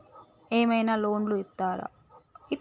ఏమైనా లోన్లు ఇత్తరా?